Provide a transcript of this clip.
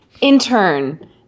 intern